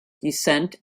descent